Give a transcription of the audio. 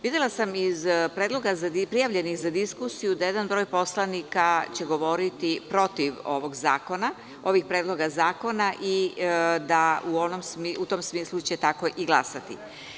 Videla sam iz predloga prijavljenih za diskusiju da jedan broj poslanika će govoriti protiv ovih predloga zakona i da u tom smislu će tako i glasati.